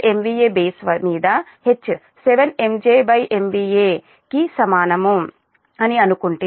100 MVA base మీద H 7 MJMVA కి సమానం అని అనుకుంటే